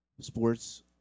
sports